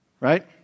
right